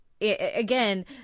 again